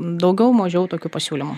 daugiau mažiau tokių pasiūlymų